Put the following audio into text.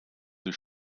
the